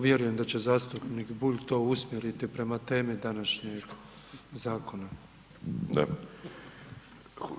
Vjerujem da će zastupnik Bulj to usmjeriti prema temi današnjeg zakona.